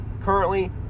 currently